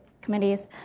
committees